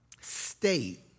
state